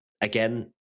Again